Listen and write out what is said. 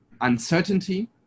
uncertainty